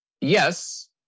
yes